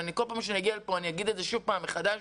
וכל פעם כשאני אגיע לפה אני אגיד את זה שוב פעם מחדש,